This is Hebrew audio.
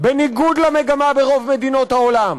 בניגוד למגמה ברוב מדינות העולם.